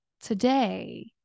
today